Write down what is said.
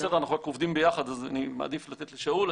אנחנו עובדים ביחד, אז אני מעדיף לתת לשאול.